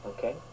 Okay